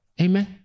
Amen